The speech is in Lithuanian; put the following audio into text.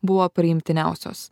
buvo priimtiniausios